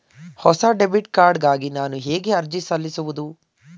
ಹೊಸ debit card ಗಾಗಿ ನಾನು ಹೇಗೆ ಅರ್ಜಿ ಸಲ್ಲಿಸುವುದು?